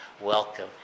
Welcome